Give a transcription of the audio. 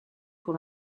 pour